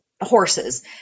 horses